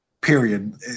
period